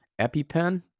EpiPen